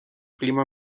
clima